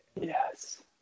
Yes